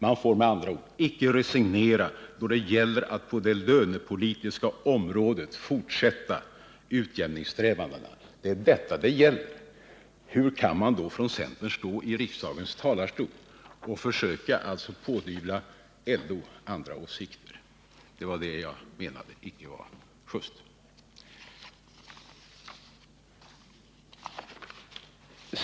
Man får med andra ord icke resignera då det gäller att på det lönepolitiska området fortsätta utjämningssträvandena. Det är detta det gäller. Hur kan då en representant för centern stå i riksdagens talarstol och försöka pådyvla LO andra åsikter?